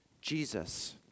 Jesus